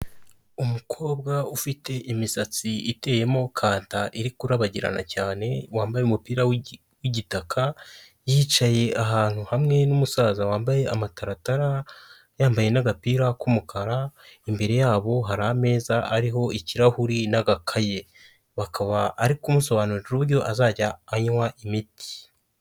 Umukobwa ufite imisatsi iteyemo kanta iri kurabagirana cyane, wambaye umupira w'igitaka yicaye ahantu hamwe n'umusaza wambaye amataratara, yambaye n'agapira k'umukara, imbere yabo hari ameza ariho ikirahuri n'agakaye bakaba ari kumusobanurira uburyo azajya anywa imiti.